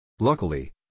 Luckily